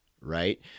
right